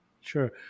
sure